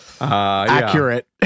Accurate